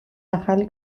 ახალი